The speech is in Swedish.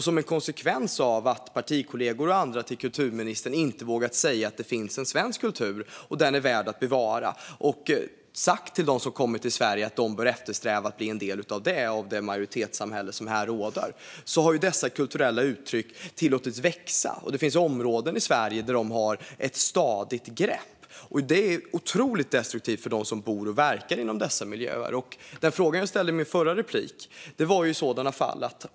Som en konsekvens av att partikollegor till kulturministern och andra inte har vågat säga att det finns en svensk kultur och att den är värd att bevara och inte har vågat säga till dem som har kommit till Sverige att de bör eftersträva att bli en del av den svenska kulturen och det majoritetssamhälle som finns här har dessa kulturella uttryck tillåtits växa. Det finns områden i Sverige där de har ett stadigt grepp, vilket är otroligt destruktivt för dem som bor och verkar i dessa miljöer. Jag ställde alltså en fråga i mitt förra inlägg.